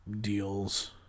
deals